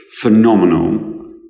phenomenal